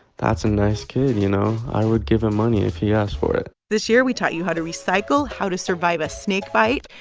that's a nice kid. you know, i would give him money if he asked for it this year, we taught you how to recycle, how to survive a snakebite,